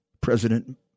President